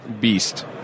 beast